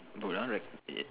bro that one re~ eight